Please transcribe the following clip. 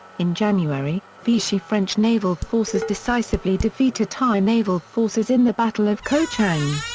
in january, vichy french naval forces decisively defeated thai naval forces in the battle of ko chang.